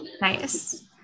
Nice